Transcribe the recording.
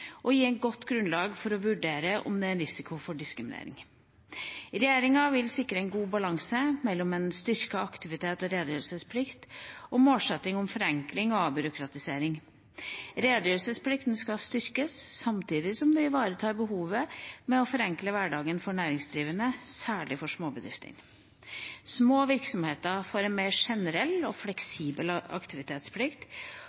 og menn i virksomheter, og gi et godt grunnlag for å vurdere om det er risiko for diskriminering. Regjeringa vil sikre god balanse mellom en styrket aktivitets- og redegjørelsesplikt og målsettingen om forenkling og avbyråkratisering. Redegjørelsesplikten skal styrkes, samtidig som vi ivaretar behovet for å forenkle hverdagen for næringsdrivende, særlig for småbedrifter. Små virksomheter får en mer generell og